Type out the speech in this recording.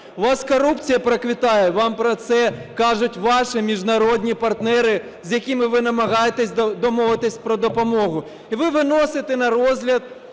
У вас корупція процвітає, вам про це кажуть ваші міжнародні партнери, з якими ви намагаєтесь домовитись про допомогу. І ви виносите на розгляд